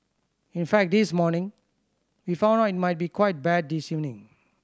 in fact this morning we found out it might be quite bad this evening